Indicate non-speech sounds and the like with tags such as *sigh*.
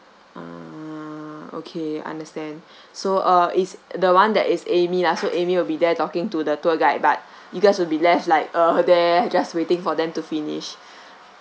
uh okay understand *breath* so uh is the one that is amy lah so amy will be there talking to the tour guide but you guys will be left like over there just waiting for them to finish